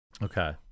Okay